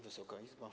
Wysoka Izbo!